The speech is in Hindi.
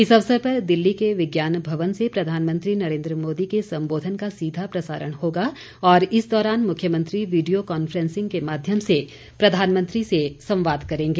इस अवसर पर दिल्ली के विज्ञान भवन से प्रधानमंत्री नरेन्द्र मोदी के संबोधन का सीधा प्रसारण होगा और इस दौरान मुख्यमंत्री वीडियो कॉन्फ्रेंसिंग के माध्यम से प्रधानमंत्री से संवाद करेंगे